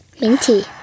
Minty